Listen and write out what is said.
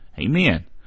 Amen